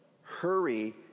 Hurry